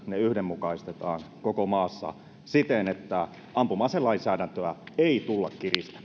yhdenmukaistetaan koko maassa siten että ampuma aselainsäädäntöä ei tulla